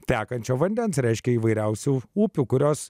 tekančio vandens reiškia įvairiausių upių kurios